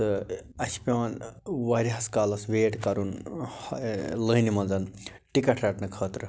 تہٕ اَسہِ چھِ پٮ۪وان وارِہَس کالس ویٹ کَرُن لٲنہِ منٛز ٹِکٹ رٹنہٕ خٲطرٕ